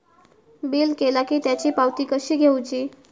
Bill केला की त्याची पावती कशी घेऊची?